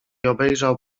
obejrzał